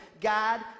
God